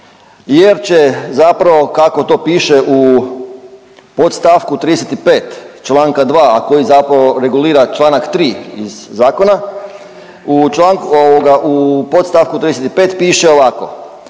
jer će zapravo kako to piše u podstavku 35. čl. 2., a koji zapravo regulira čl. 3. iz zakona, u članku, ovoga u podstavku 35. piše ovako.